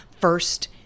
first